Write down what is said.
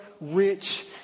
rich